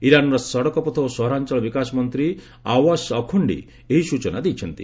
ଇରାନର ସଡକପଥ ଓ ସହରାଞ୍ଚଳ ବିକାଶମନ୍ତ୍ରୀ ଆବ୍ୱାସ ଅଖୌଣ୍ଡୀ ଏହି ସ୍ଟଚନାଦେଇଛନ୍ତି